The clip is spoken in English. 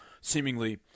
seemingly